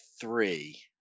three